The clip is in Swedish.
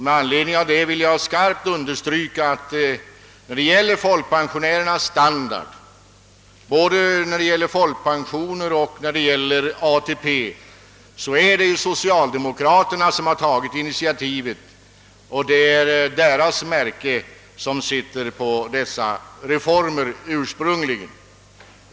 Jag vill därför starkt understryka att det beträffande folkpensionärernas standard — såväl i fråga om folkpensioner som ATP — är socialdemokraterna som tagit initiativet och att det ursprungligen endast är deras märke på dessa reformer.